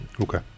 Okay